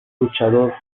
luchador